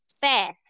fast